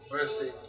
Mercy